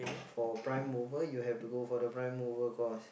for prime mover you have to go for the prime mover course